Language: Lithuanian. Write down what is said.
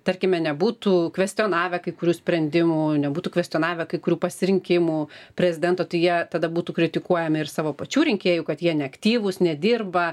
tarkime nebūtų kvestionavę kai kurių sprendimų nebūtų kvestionavę kai kurių pasirinkimų prezidento tai jie tada būtų kritikuojami ir savo pačių rinkėjų kad jie neaktyvūs nedirba